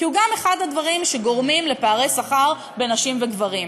כי זה גם אחד הדברים שגורמים לפערי שכר בין נשים וגברים.